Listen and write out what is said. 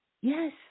Yes